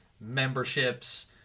memberships